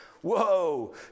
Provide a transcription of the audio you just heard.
Whoa